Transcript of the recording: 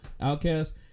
Outcast